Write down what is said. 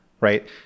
right